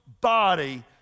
body